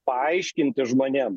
paaiškinti žmonėm